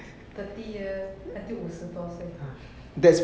thirty years thirty years until 五十多岁